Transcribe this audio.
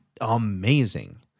amazing